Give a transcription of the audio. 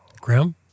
Graham